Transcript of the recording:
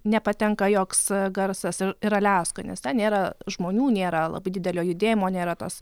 nepatenka joks garsas ir ir aliaskoj nes ten nėra žmonių nėra labai didelio judėjimo nėra tos